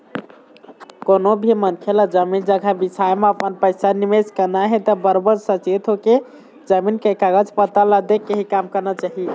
कोनो भी मनखे ल जमीन जघा बिसाए म अपन पइसा निवेस करना हे त बरोबर सचेत होके, जमीन के कागज पतर ल देखके ही काम करना चाही